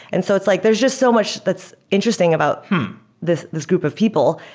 and so it's like there's just so much that's interesting about this this group of people.